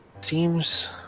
Seems